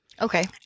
Okay